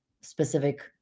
specific